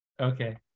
Okay